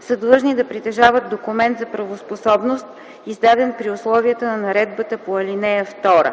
са длъжни да притежават документ за правоспособност, издаден при условията на наредбата по ал.